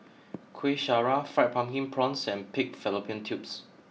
Kuih Syara Fried Pumpkin Prawns and pig fallopian tubes